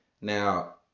Now